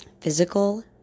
physical